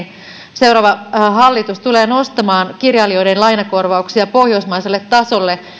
seuraava hallitus tulee nostamaan kirjailijoiden lainakorvauksia pohjoismaiselle tasolle